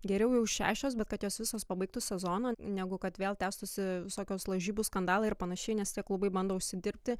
geriau jau šešios bet kad jos visos pabaigtų sezoną negu kad vėl tęstųsi visokios lažybų skandalai ir panašiai nes tie klubai bando užsidirbti